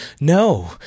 No